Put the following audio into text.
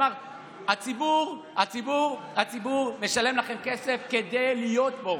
הוא אמר שהציבור משלם לכם כסף כדי להיות פה,